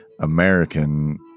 American